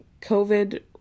COVID